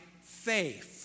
faith